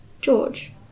George